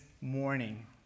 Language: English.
morning